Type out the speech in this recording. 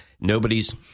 nobody's